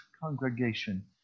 congregation